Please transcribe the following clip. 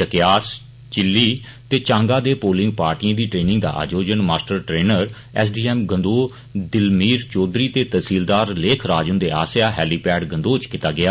जकयास चिल्ली ते चांगा दे पोलिंग पार्टिए दी ट्रैनिंग दा आयोजन master trainer S D M Gandoh Dilmir Chaudhary ते तहसीलदार लेख राज हुंदे आस्सैआ हैलीपेड गंदोह इच कीता गेआ